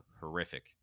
horrific